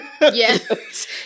Yes